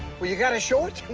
well, you've gotta show it